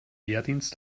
wehrdienst